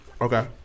Okay